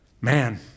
man